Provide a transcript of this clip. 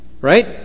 Right